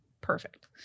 Perfect